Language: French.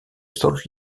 salt